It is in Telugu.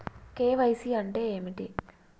కే.వై.సీ అంటే ఏమిటి?